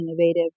innovative